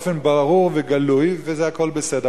באופן ברור וגלוי, והכול בסדר.